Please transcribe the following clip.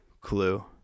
clue